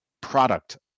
product